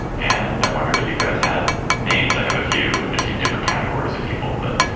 and i wondered if you guys had names. i have a few and a few different categories of people but,